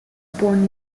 born